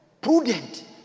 prudent